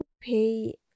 pay